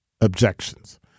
objections